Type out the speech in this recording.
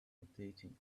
rotating